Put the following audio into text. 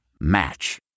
Match